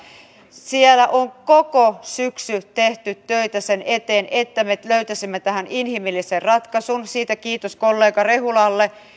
siellä on koko syksy tehty töitä sen eteen että me löytäisimme tähän inhimillisen ratkaisun siitä kiitos kollega rehulalle